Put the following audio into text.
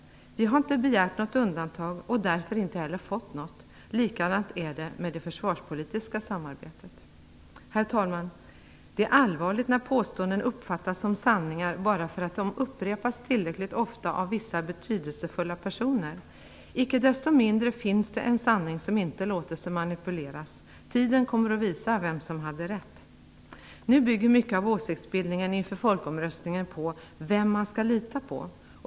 Vi har inte begärt något undantag och därför inte heller fått något. Likadant är det med det försvarspolitiska samarbetet. Herr talman! Det är allvarligt när påståenden uppfattas som sanningar bara för att de upprepas tillräckligt ofta av vissa betydelsefulla personer. Icke desto mindre finns det en sanning som inte låter sig manipuleras. Tiden kommer att visa vem som hade rätt. Nu bygger mycket av åsiktsbildningen inför folkomröstningen på vem man skall lita på.